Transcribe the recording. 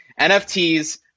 NFTs